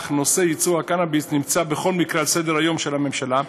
אך נושא ייצוא הקנאביס נמצא בכל מקרה על סדר-היום של הממשלה.